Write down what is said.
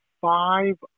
five